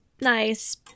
nice